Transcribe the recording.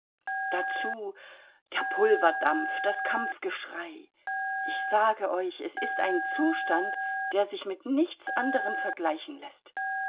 dazu der pulverdampf das kampfgeschrei ich sage euch es ist ein zustand der sich mit nichts anderem vergleichen läßt